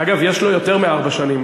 אגב, יש לו יותר מארבע שנים.